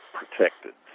protected